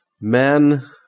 men